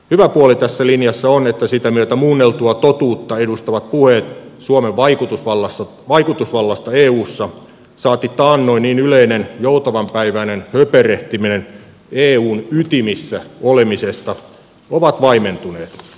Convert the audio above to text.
hyvä puoli tässä linjassa on että sitä myötä muunneltua totuutta edustavat puheet suomen vaikutusvallasta vaikutusvallasta eussa saati taannoin niin yleinen joutavanpäiväinen höperehtiminen eun ytimissä olemisesta ovat vaimentuneet